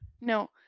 no